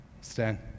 Stan